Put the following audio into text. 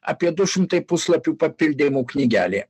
apie du šimtai puslapių papildymų knygelė